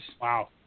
Wow